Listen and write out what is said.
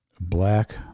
black